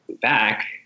back